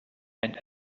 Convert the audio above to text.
and